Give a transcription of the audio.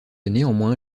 néanmoins